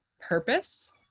purpose